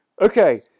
Okay